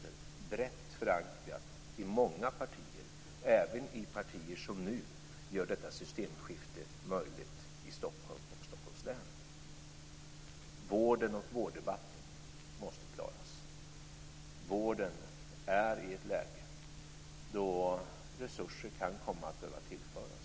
Det är brett förankrat i många partier, även i partier som nu gör detta systemskifte möjligt i Stockholm och Stockholms län. Vården och vårddebatten måste klaras. Vården är i ett läge då resurser kan komma att behöva tillföras.